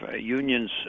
Unions